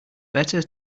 better